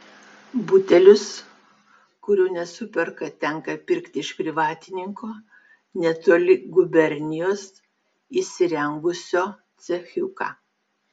butelius kurių nesuperka tenka pirkti iš privatininko netoli gubernijos įsirengusio cechiuką